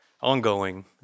ongoing